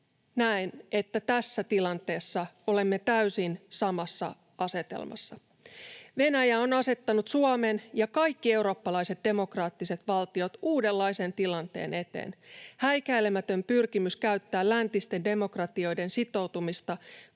Näen, että tässä tilanteessa olemme täysin samassa asetelmassa. Venäjä on asettanut Suomen ja kaikki eurooppalaiset demokraattiset valtiot uudenlaisen tilanteen eteen. Häikäilemätön pyrkimys käyttää läntisten demokratioiden sitoutumista